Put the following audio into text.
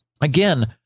again